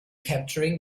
capturing